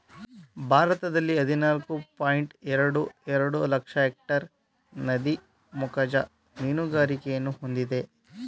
ಭಾರತದಲ್ಲಿ ಹದಿನಾಲ್ಕು ಪಾಯಿಂಟ್ ಎರಡು ಎರಡು ಲಕ್ಷ ಎಕ್ಟೇರ್ ನದಿ ಮುಖಜ ಮೀನುಗಾರಿಕೆಯನ್ನು ಹೊಂದಿದೆ